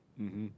mmhmm